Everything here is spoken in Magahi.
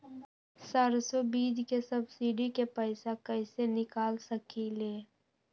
सरसों बीज के सब्सिडी के पैसा कईसे निकाल सकीले?